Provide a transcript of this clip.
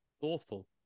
thoughtful